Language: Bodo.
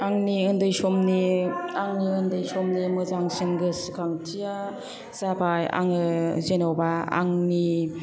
आंनि उन्दै समनि मोजांसिन गोसोखांथिया जाबाय आङो जेन'बा आंनि